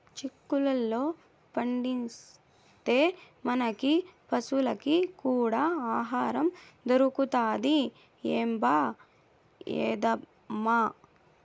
చిక్కుళ్ళు పండిస్తే, మనకీ పశులకీ కూడా ఆహారం దొరుకుతది ఏంబా ఏద్దామా